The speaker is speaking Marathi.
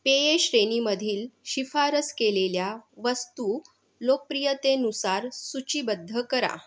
पेये श्रेणीमधील शिफारस केलेल्या वस्तू लोकप्रियतेनुसार सूचीबद्ध करा